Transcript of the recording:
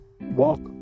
walk